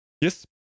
Yes